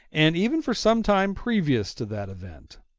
and even for some time previous to that event.